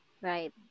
Right